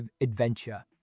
adventure